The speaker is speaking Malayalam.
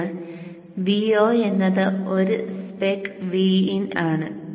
അതിനാൽ Vo എന്നത് ഒരു സ്പെക് Vin ആണ്